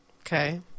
Okay